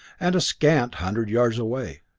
and a scant hundred yards away.